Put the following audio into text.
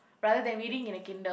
rather than reading in a Kindle